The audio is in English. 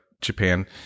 Japan